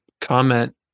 comment